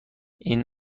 این